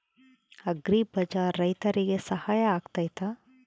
Agri Bazaar ರೈತರಿಗೆ ಸಹಕಾರಿ ಆಗ್ತೈತಾ?